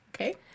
Okay